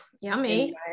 yummy